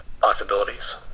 possibilities